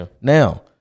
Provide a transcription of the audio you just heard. Now